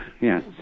yes